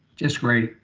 just great.